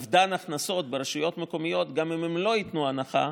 יהיה אובדן הכנסות ברשויות מקומיות גם אם הן לא ייתנו הנחה.